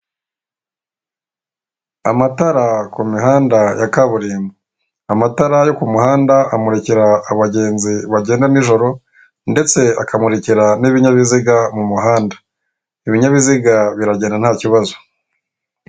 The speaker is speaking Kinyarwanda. Amatara ku mihanda ya kaburimbo, amatara yo kumuhanda amurikira abagenzi bagenda nijoro ndetse akamurikira n'ibinyabiziga mumuhanda, ibinyabiziga biragera nta kibazo.